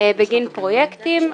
בגין פרויקטים,